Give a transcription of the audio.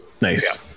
Nice